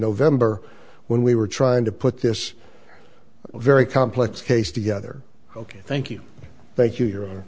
november when we were trying to put this very complex case together ok thank you thank you you